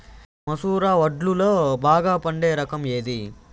మసూర వడ్లులో బాగా పండే రకం ఏది?